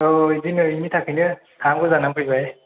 औ औ बिदिनो बिनि थाखायनो थांनांगौ जानानै फैबाय